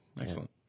Excellent